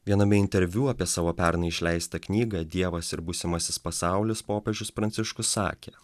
viename interviu apie savo pernai išleistą knygą dievas ir būsimasis pasaulis popiežius pranciškus sakė